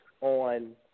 on